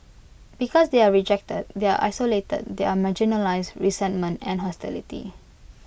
because they are rejected they are isolated they are marginalised resentment and hostility